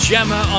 Gemma